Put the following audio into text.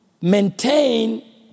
maintain